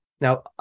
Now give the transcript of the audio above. now